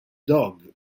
dog